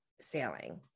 sailing